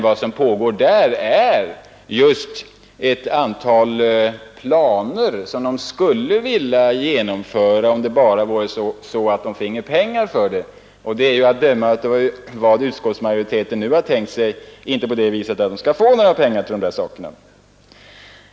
Vad det gäller är att man där har ett antal planer, som man skulle vilja och kunna genomföra, om pengar ställdes till förfogande härför, men att döma av vad utskottsmajoriteten skriver kommer statistiska centralbyrån uppenbarligen inte att få några pengar till det arbetet nu heller.